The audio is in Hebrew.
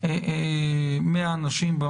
100 אנשים.